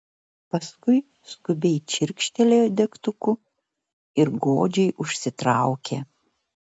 paskui skubiai čirkštelėjo degtuku ir godžiai užsitraukė